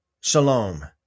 shalom